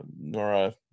Nora